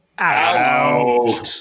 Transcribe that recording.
out